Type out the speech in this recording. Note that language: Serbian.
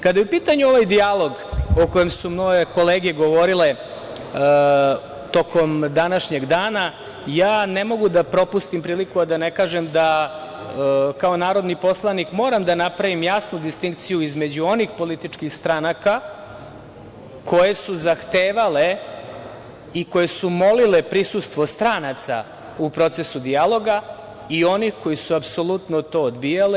Kada je u pitanju ovaj dijalog, o kojem su moje kolege govorile tokom današnjeg dana, ja ne mogu da propustim priliku a da ne kažem da kao narodni poslanik moram da napravim jasnu distinkciju između onih političkih stranaka koje su zahtevale i koje su molile prisustvo stranaka u procesu dijaloga i onih koji su apsolutno to odbijale.